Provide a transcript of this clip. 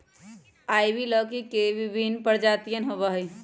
ivy लौकी के विभिन्न प्रजातियन होबा हई